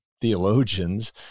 theologians